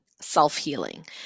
self-healing